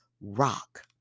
rock